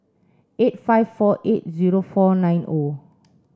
eight five four eight zero four nine O